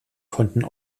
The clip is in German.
konnten